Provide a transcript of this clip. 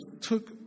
took